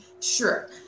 Sure